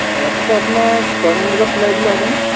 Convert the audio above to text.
ৰাতিপুৱা আপোনাক ছয়মান বজাত পেলাই দিলে হ'বনে